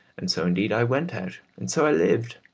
and so, indeed, i went out, and so i lived.